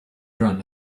run